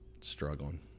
Struggling